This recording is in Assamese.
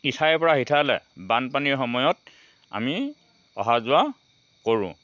ইঠাই পৰা সিঠাইলৈ বানপানী সময়ত আমি অহা যোৱা কৰোঁ